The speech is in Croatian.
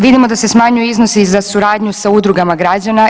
Vidimo da se smanjuje i iznos i za suradnju sa Udrugama građana.